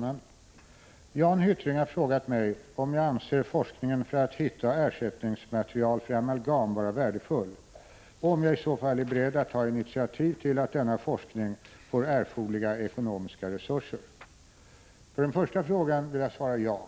Herr talman! Jan Hyttring har frågat mig om jag anser forskningen för att hitta ersättningsmaterial för amalgam vara värdefull och om jag i så fall är beredd att ta initiativ till att denna forskning får erforderliga ekonomiska resurser. På den första frågan vill jag svara ja.